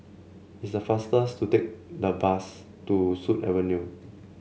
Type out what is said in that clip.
is the fastest to take the bus to Sut Avenue